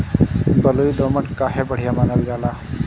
बलुई दोमट काहे बढ़िया मानल जाला?